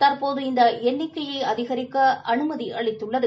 தற்போது இந்தஎண்ணிக்கையைஅதிகரிக்கஅனுமதிஅளித்துள்ளது